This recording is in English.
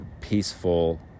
peaceful